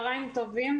טובים.